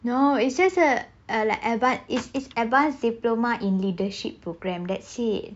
no it's just a a a like advance is is advanced diploma in leadership program that's it